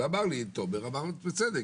ותומר אמר בצדק,